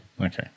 Okay